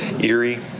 Erie